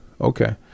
okay